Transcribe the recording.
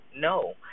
No